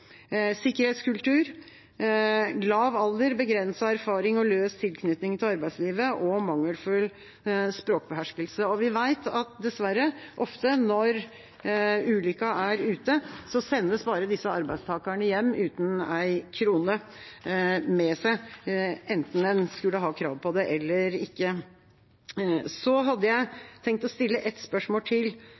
sikkerhetskultur lav alder, begrenset erfaring og løs tilknytning til arbeidslivet mangelfull språkbeherskelse Vi vet dessverre at når ulykken er ute, sendes ofte disse arbeidstakerne hjem uten å ha en krone med seg, enten en har krav på det eller ikke. Jeg hadde tenkt å stille et spørsmål til.